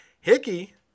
Hickey